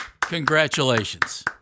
congratulations